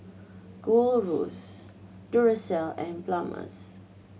Gold Roast Duracell and Palmer's